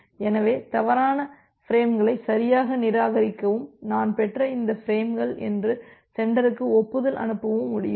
எனவே தவறான பிரேம்களை சரியாக நிராகரிக்கவும் நான் பெற்ற இந்த பிரேம்கள் என்று சென்டருக்கு ஒப்புதல் அனுப்பவும் முடியும்